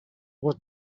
was